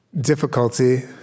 difficulty